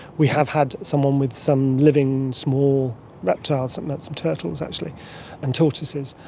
we have had someone with some living small reptiles, and but some turtles actually and tortoises.